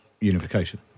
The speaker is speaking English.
unification